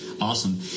awesome